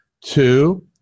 Two